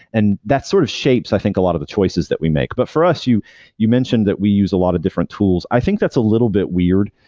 and sort of shapes i think a lot of the choices that we make but for us, you you mentioned that we use a lot of different tools. i think that's a little bit weird.